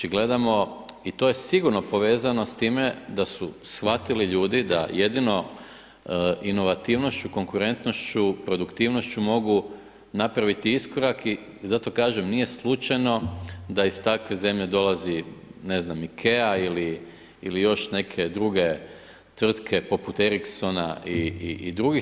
I to je sigurno povezano s time da su shvatili ljudi da jedino inovativnošću, konkurentnošću, produktivnošću mogu napraviti iskorak i zato kažem nije slučajno da iz takve zemlje dolazi ne znam IKEA ili još neke druge tvrtke poput Ericssona i drugih.